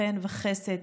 חן וחסד,